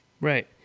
Right